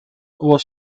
was